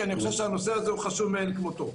אני חושב שהדיון הזה חושב מאין כמותו.